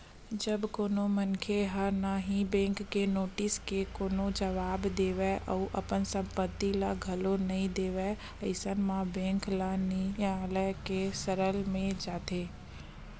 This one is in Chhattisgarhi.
जब कोनो मनखे ह ना ही बेंक के नोटिस के कोनो जवाब देवय अउ अपन संपत्ति ल घलो नइ देवय अइसन म बेंक ल नियालय के सरन म जाथे